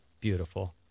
beautiful